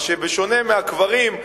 בשונה מהקברים,